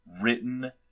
written